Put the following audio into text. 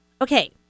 Okay